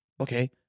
Okay